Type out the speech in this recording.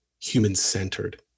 human-centered